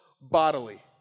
bodily